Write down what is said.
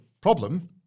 problem